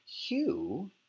Hugh